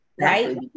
Right